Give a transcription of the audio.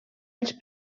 els